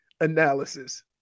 analysis